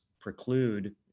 preclude